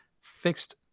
fixed